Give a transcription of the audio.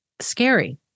scary